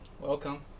Welcome